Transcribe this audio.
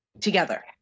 together